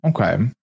Okay